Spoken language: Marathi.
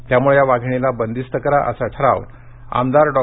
त्यामुळे या वाधिणीला बंदिस्त करा असा ठराव आमदार डॉ